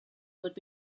would